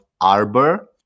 Arbor